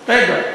רגע.